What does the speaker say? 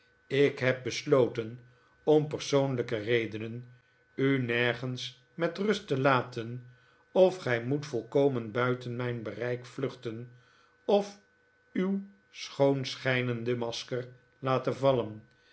ik heb besloten om persoonlijke redenen u nergens met rust te laten of gij moet volkomen buiten mijn bereik vluchten of uw schoonschijnende masker laten vallen